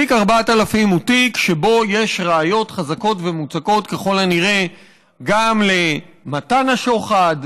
תיק 4000 הוא תיק שבו יש ראיות חזקות ומוצקות ככל הנראה גם למתן השוחד,